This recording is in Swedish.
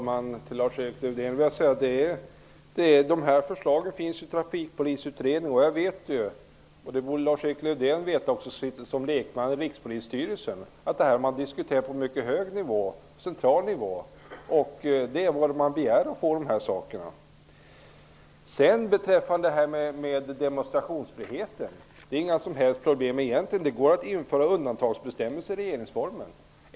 Herr talman! Förslagen finns i Trafikpolisutredningen. Lars-Erik Lövdén som sitter som lekman i Rikspolisstyrelsen borde veta att frågorna har diskuterats på mycket hög, central nivå. Det jag föreslår är det som man har begärt. Vad gäller demonstrationsfriheten vill jag säga att det inte är några som helst problem att införa undantagsbestämmelser i regeringsformen.